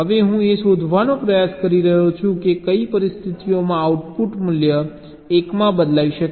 હવે હું એ શોધવાનો પ્રયાસ કરી રહ્યો છું કે કઈ પરિસ્થિતિઓમાં આઉટપુટ મૂલ્ય 1 માં બદલાઈ શકે છે